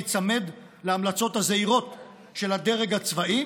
להיצמד להמלצות הזעירות של הדרג הצבאי,